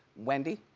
wendy,